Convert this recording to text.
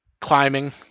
climbing